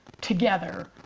together